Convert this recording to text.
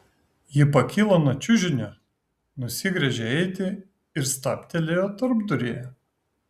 ji pakilo nuo čiužinio nusigręžė eiti ir stabtelėjo tarpduryje